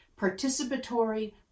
participatory